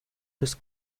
des